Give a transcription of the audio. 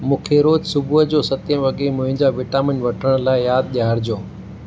मूंखे रोज़ु सुबुह जो सते वॻे मुंहिंजा विटामिन वठण लाइ यादि ॾियारजो